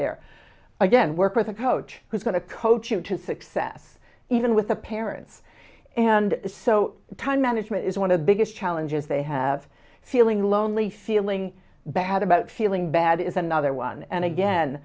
there again work with a coach who's going to coach you to success even with the parents and so time management is one of the biggest challenges they have feeling lonely feeling bad about feeling bad is another one and again